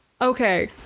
Okay